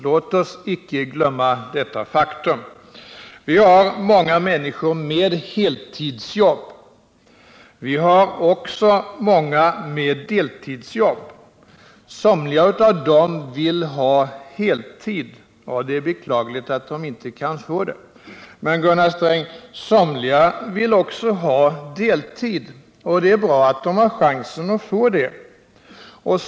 Låt oss inte glömma detta faktum. Vi har många människor med heltidsjobb. Vi har också många med deltidsjobb. Somliga av dem vill arbeta på heltid, och det är beklagligt att de inte kan få göra det. Men, Gunnar Sträng, somliga vill ha deltid, och det är bra att de har chansen att få det.